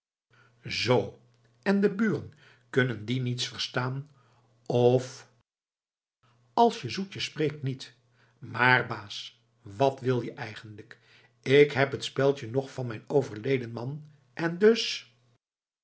zoo en de buren kunnen die niets verstaan of als je zoetjes spreekt niet maar baas wat wil je eigenlijk ik heb het speldje nog van mijn overleden man en dus